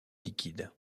liquides